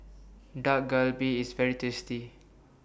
Dak Galbi IS very tasty